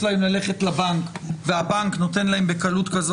להם ללכת לבנק והבנק נותן להם בקלות כזו.